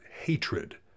hatred